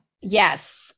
Yes